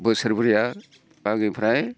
बोसोरब्रैया आंनिफ्राय